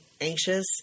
anxious